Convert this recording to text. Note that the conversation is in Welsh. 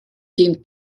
dim